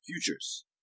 Futures